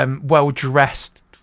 well-dressed